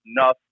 enough